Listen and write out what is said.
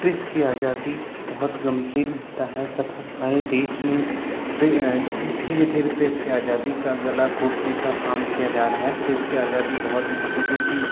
प्रिस की आज़ादी बहुत गंभीर ही होता है तथा हमारे देश में धी धीरे धीरे प्रेस की आज़ादी का गला घोटने का काम किया जा रहा है प्रेस की आज़ादी बहुत महत्व है कि